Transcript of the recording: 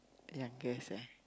ya I guess eh